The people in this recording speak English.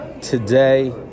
Today